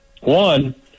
One